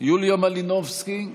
יוליה מלינובסקי קונין,